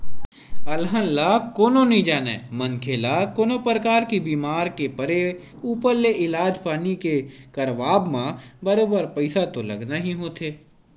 अलहन ल कोनो नइ जानय मनखे ल कोनो परकार ले बीमार के परे ऊपर ले इलाज पानी के करवाब म बरोबर पइसा तो लगना ही होथे